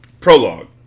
Prologue